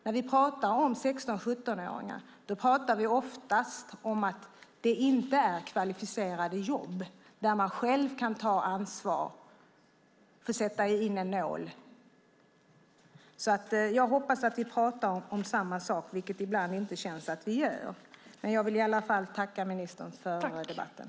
När vi pratar om 16-17-åringar pratar vi oftast om att det inte är kvalificerade jobb där man själv kan ta ansvar för att till exempel sätta in en nål. Jag hoppas att vi pratar om samma sak, vilket det ibland känns som att vi inte gör. Men jag vill i alla fall tacka ministern för debatten.